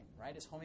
right